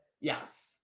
Yes